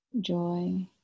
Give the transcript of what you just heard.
joy